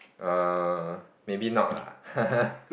err maybe not lah